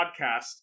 podcast